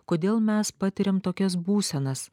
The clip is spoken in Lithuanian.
kodėl mes patiriam tokias būsenas